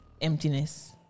emptiness